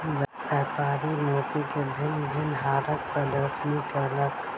व्यापारी मोती के भिन्न भिन्न हारक प्रदर्शनी कयलक